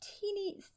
teeny